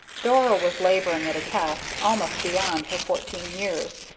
dora was laboring at a task almost beyond her fourteen years,